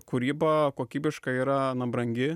kūryba kokybiška yra brangi